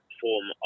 form